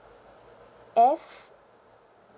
F